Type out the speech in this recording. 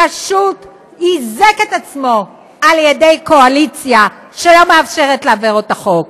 שפשוט איזק את עצמו על ידי קואליציה שלא מאפשרת להעביר את החוק.